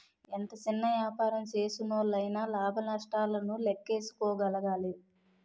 ఎంత సిన్న యాపారం సేసినోల్లయినా లాభ నష్టాలను లేక్కేసుకోగలగాలి